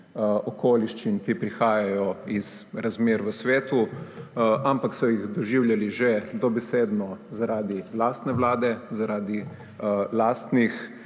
okoliščin, ki prihajajo iz razmer v svetu, ampak so ju dobesedno že zaradi lastne vlade, zaradi lastnih